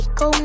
go